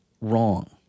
wrong